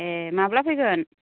ए माब्ला फैगोन